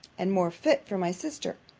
and more fit for my sister